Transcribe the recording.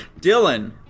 Dylan